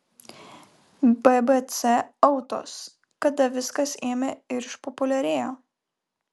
bbc autos kada viskas ėmė ir išpopuliarėjo